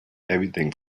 everything